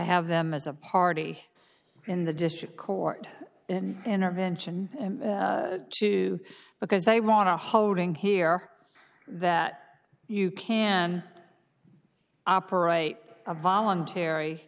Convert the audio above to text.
have them as a party in the district court and intervention and two because they want a holding here that you can operate a voluntary